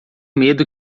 medo